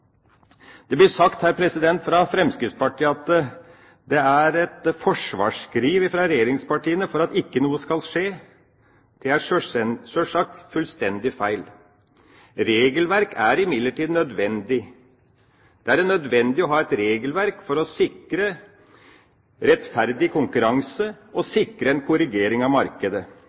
Det blir sagt fra Fremskrittspartiet at det er et forsvarsskriv fra regjeringspartiene for at ikke noe skal skje. Det er sjølsagt fullstendig feil. Regelverk er imidlertid nødvendig. Det er nødvendig å ha et regelverk for å sikre rettferdig konkurranse og sikre en korrigering av markedet,